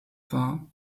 war